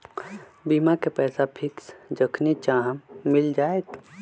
बीमा के पैसा फिक्स जखनि चाहम मिल जाएत?